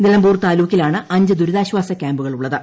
നിലമ്പൂർ താലൂക്കിലാണ് അഞ്ച് ദുരിതാശ്ചാസ ക്യാമ്പുകളുള്ളത്